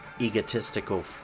egotistical